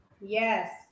Yes